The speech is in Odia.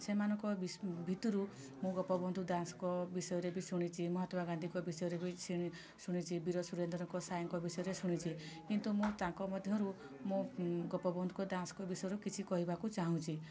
ସେମାନଙ୍କ ବିଷ ଭିତୁରୁ ମୁଁ ଗୋପବନ୍ଧୁ ଦାସଙ୍କ ବିଷୟରେ ବି ଶୁଣିଛି ମହାତ୍ମାଗାନ୍ଧୀଙ୍କ ବିଷୟରେ ବି ଶୁଣିଛି ବିରସୁରେନ୍ଦ୍ରଙ୍କ ସାଏଙ୍କ ବିଷୟରେ ଶୁଣିଛି କିନ୍ତୁ ମୁଁ ତାଙ୍କ ମଧ୍ୟରୁ ମୁଁ ଗୋପବନ୍ଧୁଙ୍କ ଦାସଙ୍କ ବିଷୟରେ କିଛି କହିବାକୁ ଚାହୁଁଛି